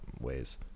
ways